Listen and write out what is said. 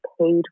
paid